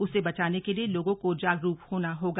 उसे बचाने के लिए लोगों को जागरूक होना होगा